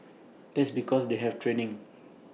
that's because they have training